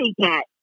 cat